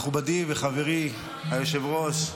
מכובדי וחברי היושב-ראש,